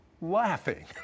laughing